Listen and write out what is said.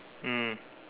mm